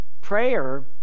Prayer